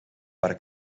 para